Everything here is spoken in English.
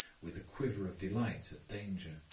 with a quiver of delight at danger,